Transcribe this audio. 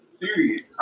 Period